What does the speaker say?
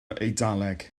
eidaleg